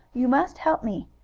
you must help me.